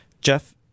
Jeff